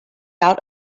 out